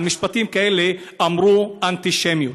על משפטים כאלה אמרו: אנטישמיות,